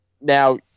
now